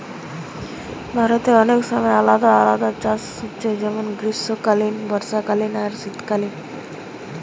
ভারতে অনেক সময় আলাদা আলাদা চাষ হচ্ছে যেমন গ্রীষ্মকালীন, বর্ষাকালীন আর শীতকালীন